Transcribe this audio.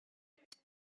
eight